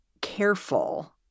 careful